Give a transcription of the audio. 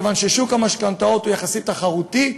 מכיוון ששוק המשכנתאות הוא יחסית תחרותי,